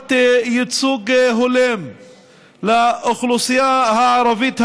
חובת ייצוג הולם לאוכלוסייה הערבית הדרוזית.